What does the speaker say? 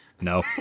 no